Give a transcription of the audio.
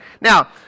Now